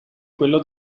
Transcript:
quello